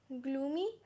gloomy